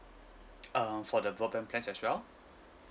um for the broadband plans as well